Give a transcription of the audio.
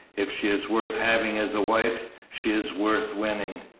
if she is worth having as a wife, she is worth winning,